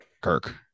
Kirk